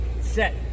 set